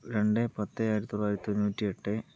രണ്ട് പത്ത് ആയിരത്തി തൊള്ളായിരത്തി തൊണ്ണൂറ്റിയെട്ട്